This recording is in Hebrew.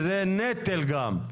זה אפילו נטל.